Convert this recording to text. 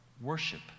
worship